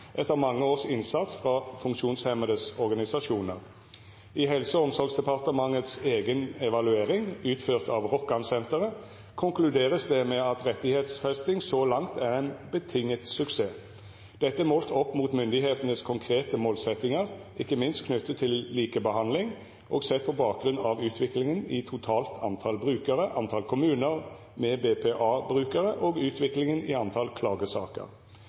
etter rettighetsfestingen. Helse- og omsorgsdepartementets egen evaluering er utført av Rokkansenteret, og her sies det bl.a.: «Vår konklusjon er at rettighetsfestingen så langt kan karakteriseres som en betinget suksess. Den er en betinget suksess vurdert opp imot konkrete målsettinger som myndighetene har til rettighetsfestingen, ikke minst til likebehandling, men også sett på bakgrunn av utviklingen i antall brukere, i antall kommuner med BPA-brukere og utviklingen i antall klagesaker.»